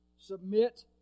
submit